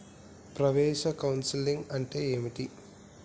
ప్రవేశ కౌన్సెలింగ్ అంటే ఏమిటి?